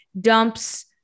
dumps